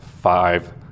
five